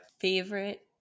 Favorite